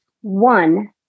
one